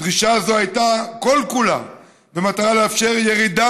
דרישה זו הייתה כל-כולה במטרה לאפשר ירידה